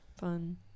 Fun